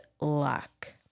luck